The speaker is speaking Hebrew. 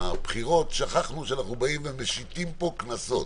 הבחירות שכחנו שאנחנו באים ומשיתים פה קנסות,